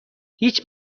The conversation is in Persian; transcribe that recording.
هیچ